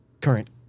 current